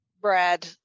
Brad